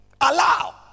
Allow